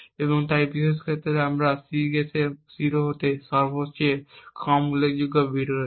এই বিশেষ ক্ষেত্রে আমাদের কাছে Cguess এ 0 হতে সবচেয়ে কম উল্লেখযোগ্য বিট রয়েছে